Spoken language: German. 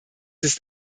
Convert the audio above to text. ist